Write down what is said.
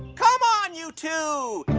come on, you two.